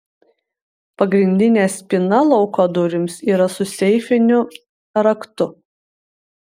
pagrindinė spyna lauko durims yra su seifiniu raktu